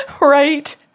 Right